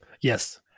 Yes